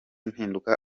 impinduka